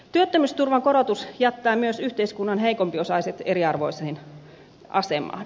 työttömyysturvan korotus jättää myös yhteiskunnan heikompiosaiset eriarvoiseen asemaan